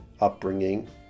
upbringing